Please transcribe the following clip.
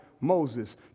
Moses